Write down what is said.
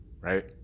Right